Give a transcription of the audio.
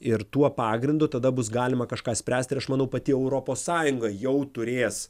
ir tuo pagrindu tada bus galima kažką spręsti ir aš manau pati europos sąjunga jau turės